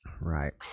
Right